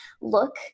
look